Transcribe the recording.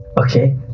Okay